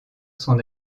son